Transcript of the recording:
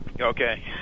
Okay